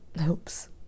Oops